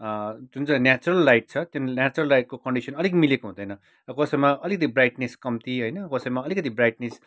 जुन चाहिँ natural light छ न्याचुरल लाइटको कन्डिसन अलिक मिलेको हुँदैन कसैमा अलिकति ब्राइटनेस कम्ती होइन कसैमा अलिकति ब्राइटनेस